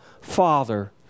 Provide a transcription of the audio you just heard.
Father